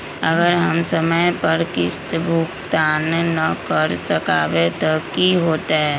अगर हम समय पर किस्त भुकतान न कर सकवै त की होतै?